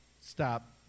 stop